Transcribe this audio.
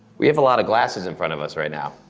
we have a lot of glasses in front of us right now.